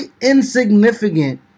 insignificant